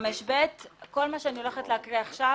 מה שאני הולכת להקריא עכשיו,